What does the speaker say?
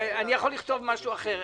אני יכול לכתוב משהו אחר.